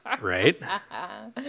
Right